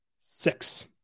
Six